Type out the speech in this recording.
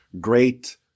great